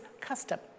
custom